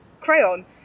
crayon